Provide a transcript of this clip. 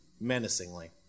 menacingly